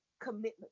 commitment